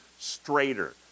Straighter